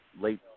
late